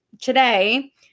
today